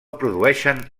produeixen